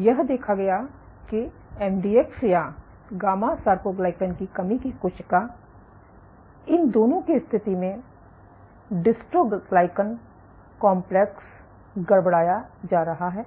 यह देखा गया कि एमडीएक्स या गामा सारकोग्लयकन की कमी की कोशिका इन दोनों के स्थिति में डिस्ट्रोग्लयकन कॉम्प्लेक्स गड़बड़ाया जा रहा है